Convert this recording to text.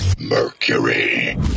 Mercury